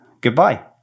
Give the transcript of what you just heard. Goodbye